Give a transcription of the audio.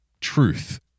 Truth